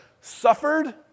Suffered